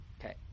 Okay